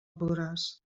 podràs